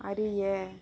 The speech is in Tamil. அறிய